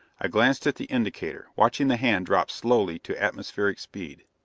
i glanced at the indicator, watching the hand drop slowly to atmospheric speed.